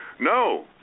no